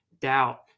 doubt